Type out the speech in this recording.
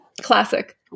Classic